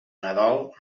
nadal